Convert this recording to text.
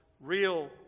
real